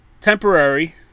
Temporary